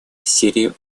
серию